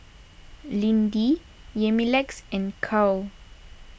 Lindy Yamilex and Karl